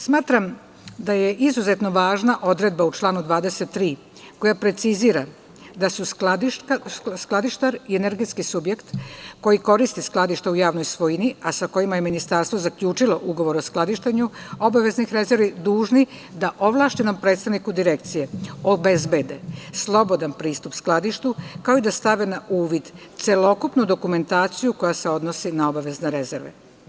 Smatram da je izuzetno važna odredba u članu 23. koja precizira da je skladištar energetski subjekt koji koristi skladišta u javnoj svojini, a sa kojima je ministarstvo zaključilo ugovor o skladištenju obaveznih rezervi, dužni da ovlašćenom predstavniku direkcije obezbede slobodan pristup skladištu kao i da stave na uvid celokupnu dokumentaciju koja se odnosi na obavezne rezerve.